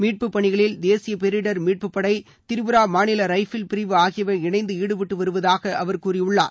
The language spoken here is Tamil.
மீட்புப் பணிகளில் தேசிய பேரிடர் மீட்புப்படை திரிபுரா மாநில ரைஃபிள் பிரிவு ஆகியஎவ இணைந்து ஈடுபட்டு வருவதாக அவர் கூறியுள்ளார்